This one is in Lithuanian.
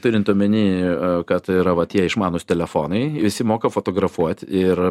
turint omeny kad yra va tie išmanūs telefonai visi moka fotografuot ir